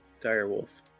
Direwolf